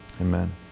Amen